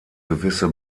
gewisse